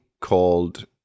called